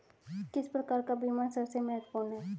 किस प्रकार का बीमा सबसे महत्वपूर्ण है?